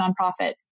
nonprofits